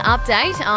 Update